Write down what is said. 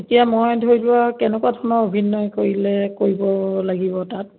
এতিয়া মই ধৰি লোৱা কেনেকুৱা ধৰণৰ অভিনয় কৰিলে কৰিব লাগিব তাত